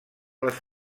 les